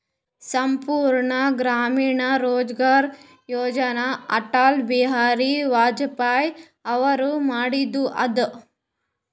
ಸಂಪೂರ್ಣ ಗ್ರಾಮೀಣ ರೋಜ್ಗಾರ್ ಯೋಜನ ಅಟಲ್ ಬಿಹಾರಿ ವಾಜಪೇಯಿ ಅವರು ಮಾಡಿದು ಅದ